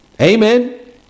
Amen